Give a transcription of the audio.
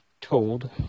told